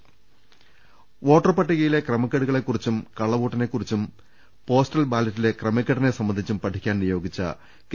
രുട്ട്ട്ട്ട്ട്ട്ട്ട വോട്ടർപട്ടികയിലെ ക്രമക്കേടുകളെക്കുറിച്ചും കള്ളവോട്ടിനെക്കുറിച്ചും പോസ്റ്റൽ ബാലറ്റിലെ ക്രമക്കേടിനെ സംബന്ധിച്ചും പഠിക്കാൻ നിയോഗിച്ച കെ